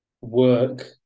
work